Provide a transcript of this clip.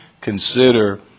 consider